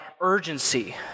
urgency